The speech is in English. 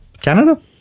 Canada